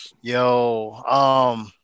Yo